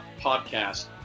podcast